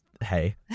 hey